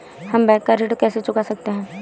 हम बैंक का ऋण कैसे चुका सकते हैं?